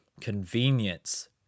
convenience